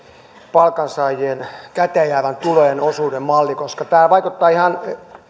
palkansaajien käteenjäävän tulojen osuudesta koska tämä vaikuttaa ihan